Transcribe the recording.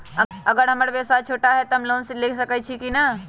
अगर हमर व्यवसाय छोटा है त हम लोन ले सकईछी की न?